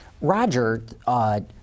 Roger